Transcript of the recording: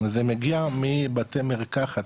זה מגיע מבתי מרקחת,